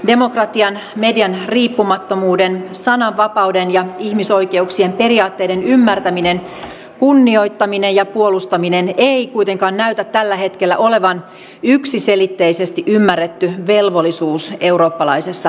demokratian median riippumattomuuden sananvapauden ja ihmisoikeuksien periaatteiden ymmärtäminen kunnioittaminen ja puolustaminen ei kuitenkaan näytä tällä hetkellä olevan yksiselitteisesti ymmärretty velvollisuus eurooppalaisessa politiikassa